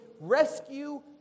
rescue